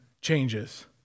changes